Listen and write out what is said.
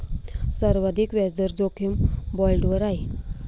सर्वाधिक व्याजदर जोखीम बाँडवर आहे